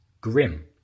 Grim